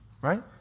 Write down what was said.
Right